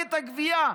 למחלקת הגבייה.